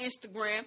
Instagram